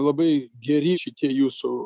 labai geri šitie jūsų